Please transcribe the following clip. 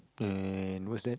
and what's that